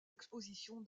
expositions